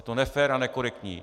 Je to nefér a nekorektní.